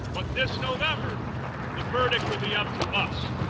but this november the verdict will be up to us